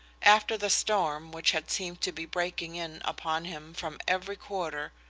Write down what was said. after the storm which had seemed to be breaking in upon him from every quarter,